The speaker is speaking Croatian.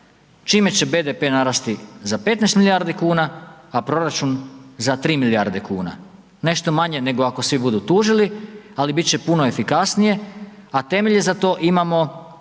čime će BDP narasti za 15 milijardi kuna, a proračun za 3 milijarde kuna, nešto manje ako svi budu tužili, ali bit će puno efikasnije, a temelje za to imamo